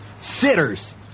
Sitters